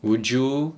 would you